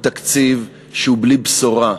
הוא תקציב שהוא בלי בשורה.